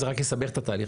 זה רק יסבך את התהליך.